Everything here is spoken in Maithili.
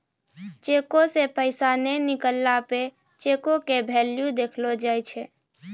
चेको से पैसा नै निकलला पे चेको के भेल्यू देखलो जाय छै